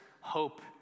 hope